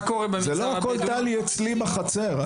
זה לא הכול, טלי, אצלי בחצר.